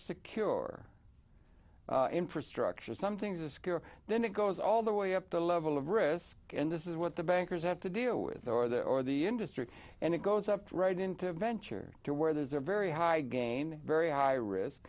secure infrastructure some things are secure then it goes all the way up the level of risk and this is what the bankers have to deal with or that or the industry and it goes up right into a venture to where there's a very high gain very high risk